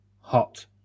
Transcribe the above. hot